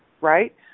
right